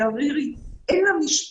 היא ערירית, אין לה משפחה.